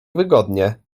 wygodnie